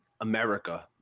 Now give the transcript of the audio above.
America